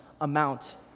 amount